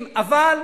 מסורתי,